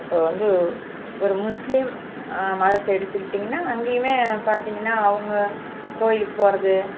இப்போ வந்து ஒரு முஸ்லீம் மதத்தை எடுத்துக்கிட்டீங்கன்னா அங்கேயுமே பார்த்தீங்கன்னா அவங்க கோவிலுக்கு போகிறது